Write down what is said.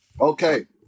Okay